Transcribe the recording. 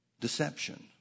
deception